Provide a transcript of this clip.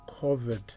COVID